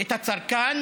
את הצרכן,